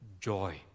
joy